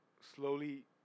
slowly